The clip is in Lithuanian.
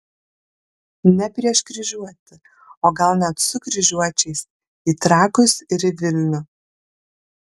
ne prieš kryžiuotį o gal net su kryžiuočiais į trakus ir į vilnių